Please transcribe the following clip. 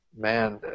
Man